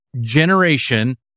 Generation